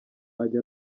ajya